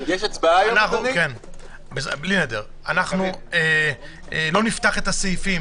אנחנו גם לא נפתח את הסעיפים,